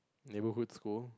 neighborhood school